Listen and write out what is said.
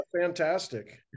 fantastic